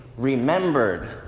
remembered